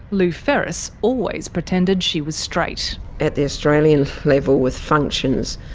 lou ferris always pretended she was straight. at the australian level with functions,